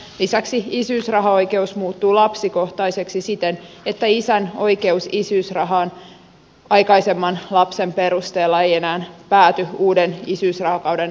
lisäksi isyysrahaoikeus muuttuu lapsikohtaiseksi siten että isän oikeus isyysrahaan aikaisemman lapsen perusteella ei enää pääty uuden isyysrahakauden alkaessa